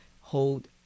hold